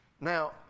Now